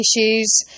issues